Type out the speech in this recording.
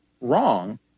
wrong